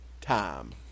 time